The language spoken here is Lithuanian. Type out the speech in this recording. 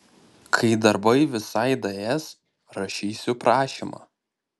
kai darbai visai daės rašysiu prašymą